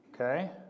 Okay